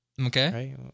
Okay